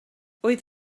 oedd